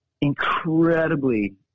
incredibly